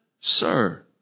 sir